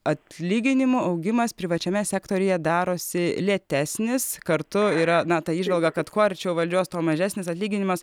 atlyginimų augimas privačiame sektoriuje darosi lėtesnis kartu yra na ta įžvalga kad kuo arčiau valdžios tuo mažesnis atlyginimas